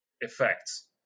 effects